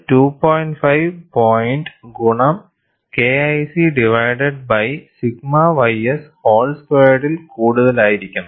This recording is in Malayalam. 5 പോയിന്റ് ഗുണം KIC divided by sigma ys whole സ്ക്വയേർഡിൽ കൂടുതലായിരിക്കണം